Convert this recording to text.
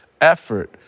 effort